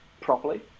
properly